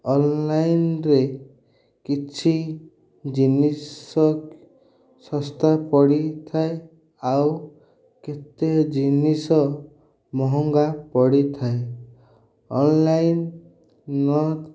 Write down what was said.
ଅନ୍ଲାଇନ୍ରେ କିଛି ଜିନିଷ ଶସ୍ତା ପଡ଼ିଥାଏ ଆଉ କେତେ ଜିନିଷ ମହଙ୍ଗା ପଡ଼ିଥାଏ ଅନ୍ଲାଇନ୍